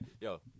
yo